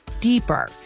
deeper